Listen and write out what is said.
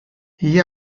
gli